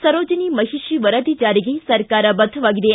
ಸರೋಜಿನಿ ಮಹಿಷಿ ವರದಿ ಜಾರಿಗೆ ಸರ್ಕಾರ ಬದ್ದವಾಗಿದೆ